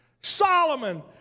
Solomon